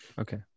Okay